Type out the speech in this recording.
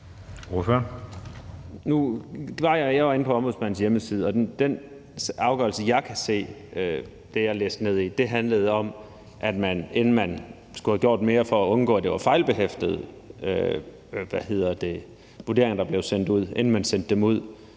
Jeg var inde på Ombudsmandens hjemmeside, og den afgørelse, jeg kunne se i det, jeg læste ned i, handlede om, at man skulle have gjort mere for at undgå, at det var fejlbehæftede vurderinger, man sendte ud, inden man sendte dem ud,